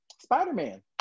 Spider-Man